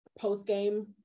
post-game